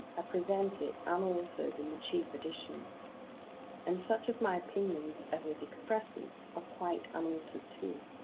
i present it, unaltered, in the cheap edition and such of my opinions as it expresses, are quite unaltered too.